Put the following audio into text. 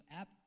app